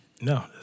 No